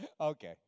Okay